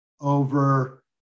over